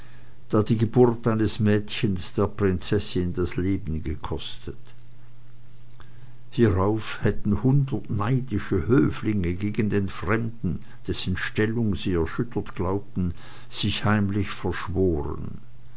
die geburt eines mädchens der prinzessin das leben gekostet hierauf hatten hundert neidische höflinge gegen den fremden dessen stellung sie erschüttert glaubten sich heimlich verschworen